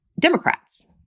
Democrats